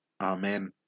Amen